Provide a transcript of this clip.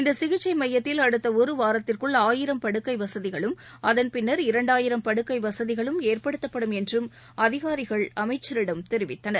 இந்த சிகிச்சை மையத்தில் அடுத்த ஒருவாரத்திற்குள் ஆயிரம் படுக்கை வசதிகளும் அதன்பின்னர் இரண்டாயிரம் படுக்கை வசதிகளும் ஏற்படுத்தப்படும் என்றும் அதிகாரிகள் அமைச்சரிடம் தெரிவித்தனர்